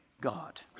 God